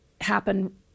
happen